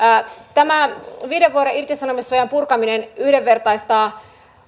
tämä viiden vuoden irtisanomissuojan purkaminen yhdenvertaistaa